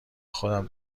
خودم